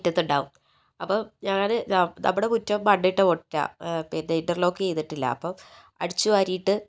മുറ്റത്തുണ്ടാകും അപ്പോൾ ഞാൻ നമ്മുടെ മുറ്റം മണ്ണിട്ട മുറ്റമാണ് പിന്നെ ഇൻ്റർ ലോക്ക് ചെയ്തിട്ടില്ല അപ്പോൾ അടിച്ച് വാരിയിട്ട്